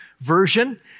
version